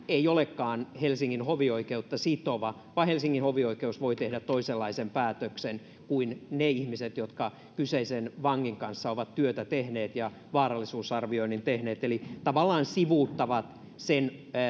ei olekaan helsingin hovioikeutta sitova vaan helsingin hovioikeus voi tehdä toisenlaisen päätöksen kuin ne ihmiset jotka kyseisen vangin kanssa ovat työtä tehneet ja vaarallisuusarvioinnin tehneet eli tavallaan sivuuttaa sen